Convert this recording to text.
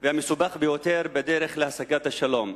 והמסובך ביותר בדרך להשגת השלום.